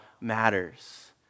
matters